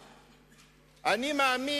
וחייכת.